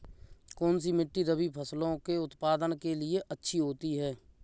कौनसी मिट्टी रबी फसलों के उत्पादन के लिए अच्छी होती है?